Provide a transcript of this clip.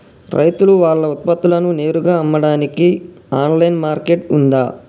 రైతులు వాళ్ల ఉత్పత్తులను నేరుగా అమ్మడానికి ఆన్లైన్ మార్కెట్ ఉందా?